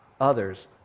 others